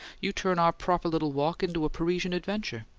you turn our proper little walk into a parisian adventure.